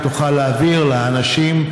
אם תוכל להעביר לאנשים,